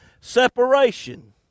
separation